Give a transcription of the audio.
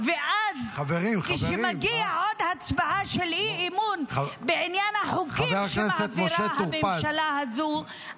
ואז כשמגיעה עוד הצבעת אי-אמון בעניין החוקים שמעבירה הממשלה הזאת,